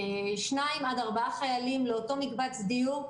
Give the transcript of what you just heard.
שניים עד ארבעה חיילים לאותו מקבץ דיור,